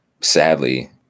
sadly